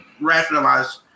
rationalize